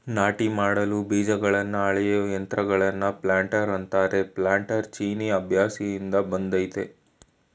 ನಾಟಿ ಮಾಡಲು ಬೀಜಗಳನ್ನ ಅಳೆಯೋ ಯಂತ್ರಗಳನ್ನ ಪ್ಲಾಂಟರ್ ಅಂತಾರೆ ಪ್ಲಾನ್ಟರ್ ಚೀನೀ ಅಭ್ಯಾಸ್ದಿಂದ ಬಂದಯ್ತೆ